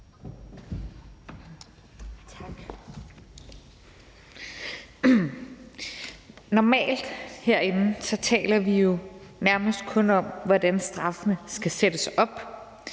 Normalt herinde taler vi jo nærmest kun om, hvordan straffene skal sættes op.